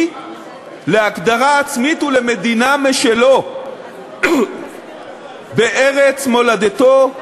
להגדרה עצמית ולמדינה משלו בארץ מולדתו,